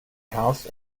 house